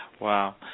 Wow